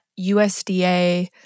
USDA